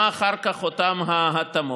מה אחרי אותן התאמות?